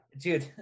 dude